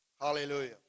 Hallelujah